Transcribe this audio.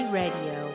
radio